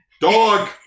Dog